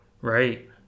Right